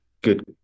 good